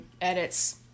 edits